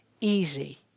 easy